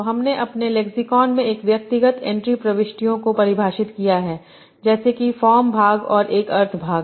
तो हमने अपने लेक्सिकॉन में एक व्यक्तिगत एंट्री प्रविष्टियों को परिभाषित किया है जैसे कि फॉर्म भाग और एक अर्थ भाग